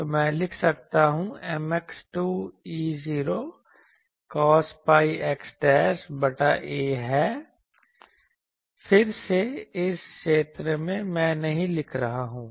तो मैं लिख सकता हूँ Mx 2 E0 cos pi x बटा a है फिर से इस क्षेत्र में मैं नहीं लिख रहा हूँ